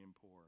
poor